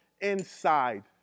inside